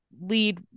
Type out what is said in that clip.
lead